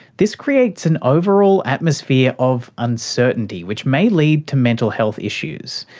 this creates an overall atmosphere of uncertainty which may lead to mental health issues,